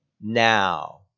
now